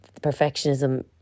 perfectionism